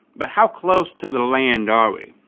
but how close to the land are we?